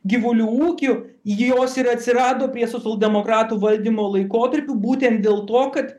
gyvulių ūkiu jos ir atsirado prie socialdemokratų valdymo laikotarpiu būtent dėl to kad